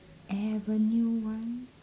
avenue one